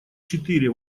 четыре